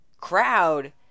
crowd